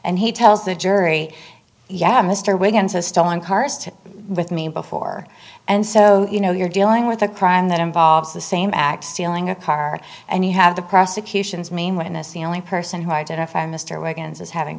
and he tells the jury yeah mr wiggins has stolen cars to with me before and so you know you're dealing with a crime that involves the same act stealing a car and you have the prosecution's main witness the only person who identify mr wiggins as having